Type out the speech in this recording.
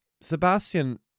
Sebastian